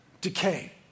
decay